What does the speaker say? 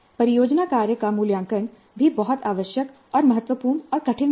परियोजना कार्य का मूल्यांकन भी बहुत आवश्यक और महत्वपूर्ण और कठिन भी है